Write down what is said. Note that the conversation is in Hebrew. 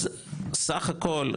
אז סך הכול,